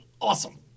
awesome